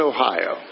Ohio